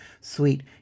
sweet